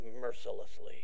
mercilessly